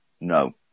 no